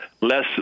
less